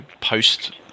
post